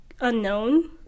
unknown